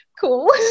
cool